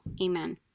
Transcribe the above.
Amen